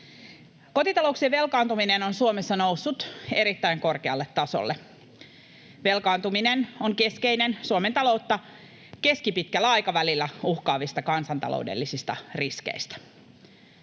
Kotitalouksien velkaantuminen on Suomessa noussut erittäin korkealle tasolle. Velkaantuminen on keskeinen Suomen taloutta keskipitkällä aikavälillä uhkaavista kansantaloudellisista riskeistä.